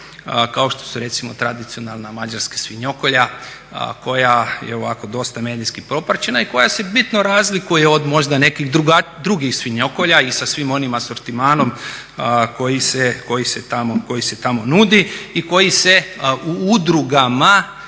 kao što su recimo tradicionalna mađarska svinjokolja koja je ovako dosta medijski popraćena i koja se bitno razlikuje od možda nekih drugih svinjokolja i sa svim onim asortimanom koji se tamo nudi i koji se u udrugama